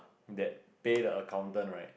that pay the accountant right